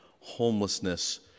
Homelessness